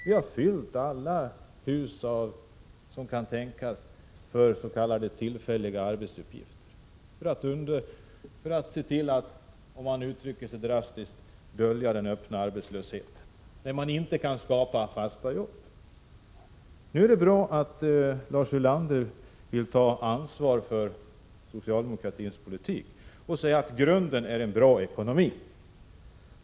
Vi har fyllt alla hus som kan tänkas för tillfälliga arbetsuppgifter, för att — om man uttrycker det drastiskt — se till att dölja den öppna arbetslösheten, när man inte kan skapa fasta jobb. Det är bra att Lars Ulander vill ta ansvar för socialdemokratins politik. Han säger att grunden är en bra ekonomi.